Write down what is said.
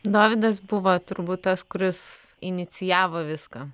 dovydas buvo turbūt tas kuris inicijavo viską